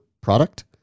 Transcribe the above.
product